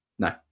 No